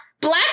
Black